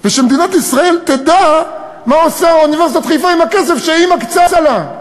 ושמדינת ישראל תדע מה עושה אוניברסיטת חיפה בכסף שהיא מקצה לה.